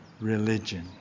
religion